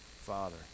Father